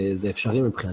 מבחינתנו זה אפשרי.